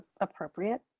appropriate